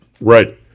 right